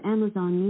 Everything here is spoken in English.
Amazon